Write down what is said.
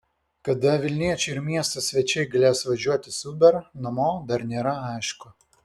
kada vilniečiai ir miesto svečiai galės važiuoti su uber namo dar nėra aišku